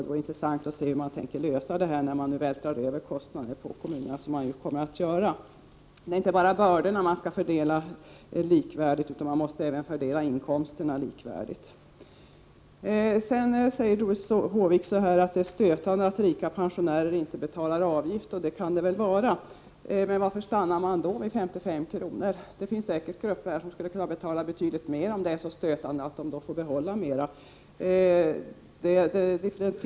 Det vore intressant att se hur man tänker lösa det problemet, när man nu vältrar över kostnader på kommunerna. Det är inte bara bördorna som skall fördelas likvärdigt, utan man måste även fördela inkomsterna likvärdigt. Doris Håvik säger att det är stötande att rika pensionärer inte betalar avgift, och det kan det väl vara. Men varför stannar man då vid 55 kr.? Det finns säkert grupper som skulle kunna betala betydligt mer, om det är så stötande att de får behålla mera.